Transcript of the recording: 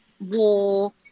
war